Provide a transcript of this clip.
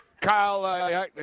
Kyle